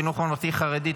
חינוך ממלכתי-חרדי),